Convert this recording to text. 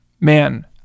Man